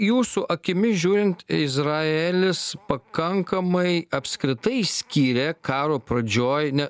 jūsų akimis žiūrint izraelis pakankamai apskritai skyrė karo pradžioje ne